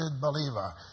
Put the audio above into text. believer